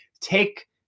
take